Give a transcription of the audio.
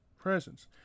presence